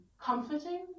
comforting